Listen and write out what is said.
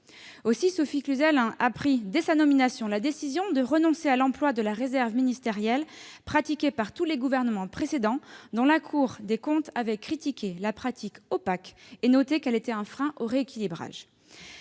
nomination, la décision de renoncer à l'emploi de la « réserve ministérielle », pratiquée par tous les gouvernements précédents, dont la Cour des comptes avait critiqué la pratique opaque et noté qu'elle était un frein au rééquilibrage.